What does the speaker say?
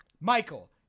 Michael